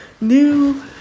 new